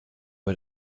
mit